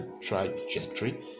trajectory